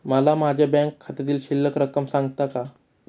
मला माझ्या बँक खात्यातील शिल्लक रक्कम सांगता का?